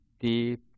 deep